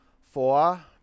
four